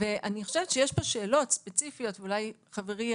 ונגיד להם: הנה השאלה,